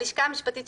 את